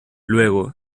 luego